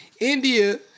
India